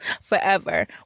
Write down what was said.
forever